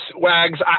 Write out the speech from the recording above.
Wags